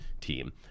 team